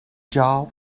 jaw